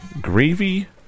Gravy